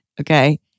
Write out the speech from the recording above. Okay